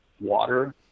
water